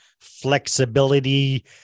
flexibility